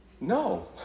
No